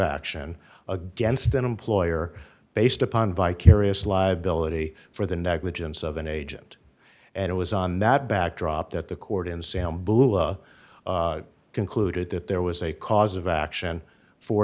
action against an employer based upon vicarious liability for the negligence of an agent and it was on that backdrop that the court in sam concluded that there was a cause of action for